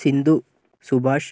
Sindhu Subash